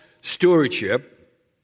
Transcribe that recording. stewardship